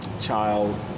child